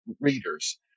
readers